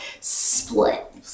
split